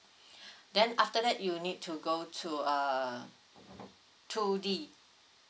then after that you need to go to uh two D